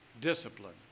Discipline